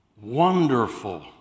Wonderful